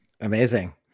Amazing